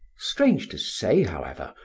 strange to say, however,